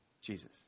Jesus